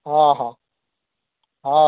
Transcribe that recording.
ହଁ ହଁ ହଁ